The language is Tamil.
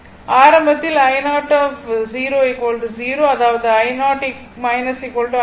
ஆரம்பத்தில் i0 0 அதாவது i0 i0